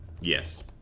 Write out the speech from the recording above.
Yes